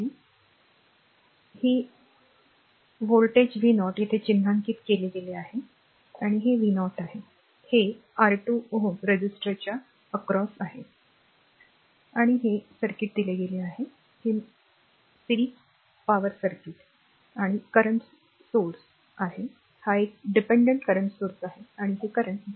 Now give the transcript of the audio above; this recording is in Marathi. आणि ही व्होल्टेज v0 येथे चिन्हांकित केली गेली आहे हे r v0 आहे हे R2 Ω रेझिस्टरच्या पलीकडे आहे आणि हे सर्किट दिले गेले आहे ते मालिका पॉवर सर्किट आहे आणि हा current sourceकरंट स्त्रोत आहे हा एक dependent करंट स्त्रोत आहे आणि हे करंट 0